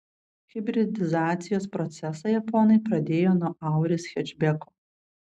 hibridizacijos procesą japonai pradėjo nuo auris hečbeko